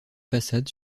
façade